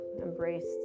embraced